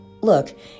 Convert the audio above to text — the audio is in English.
Look